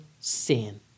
sin